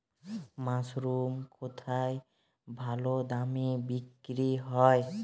Mushroom কেথায় ভালোদামে বিক্রয় হয়?